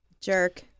jerk